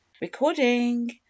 Recording